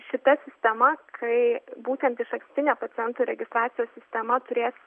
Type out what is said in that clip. šita sistema kai būtent išankstinė pacientų registracijos sistema turės